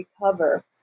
recover